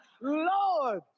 Lord